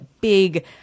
big